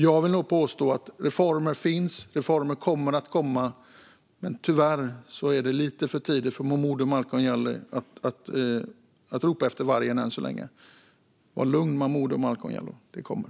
Jag vill nog påstå att reformer finns. Reformer kommer att komma. Men tyvärr är det lite för tidigt för Malcolm Momodou Jallow att ropa efter vargen. Var lugn, Malcolm Momodou Jallow, det kommer!